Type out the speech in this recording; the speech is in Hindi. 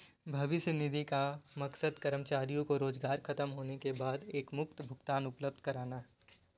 भविष्य निधि का मकसद कर्मचारियों को रोजगार ख़तम होने के बाद एकमुश्त भुगतान उपलब्ध कराना है